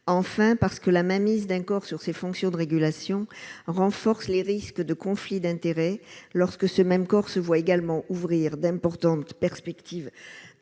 enfin parce que la mainmise d'un corps sur ses fonctions de régulation renforce les risques de conflit d'intérêts, lorsque ce même corps se voit également ouvrir d'importantes perspectives